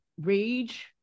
rage